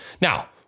Now